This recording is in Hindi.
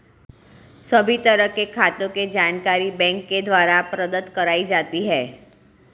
सभी तरह के खातों के जानकारी बैंक के द्वारा प्रदत्त कराई जाती है